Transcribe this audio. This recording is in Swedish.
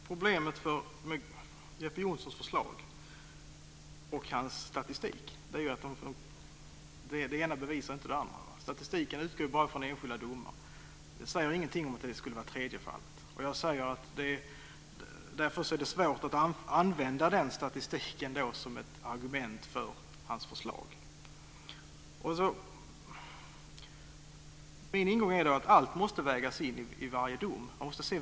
Fru talman! Problemet för Jeppe Johnsson är att hans statistik inte underbygger hans förslag. Statistiken utgår bara från enskilda domar och säger inget om det är fråga om tredjefall. Det är därför svårt att använda denna statistik som ett argument för hans förslag. Min utgångspunkt är att allt måste vägas in i varje dom.